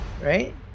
right